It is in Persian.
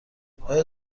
آیا